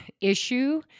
issue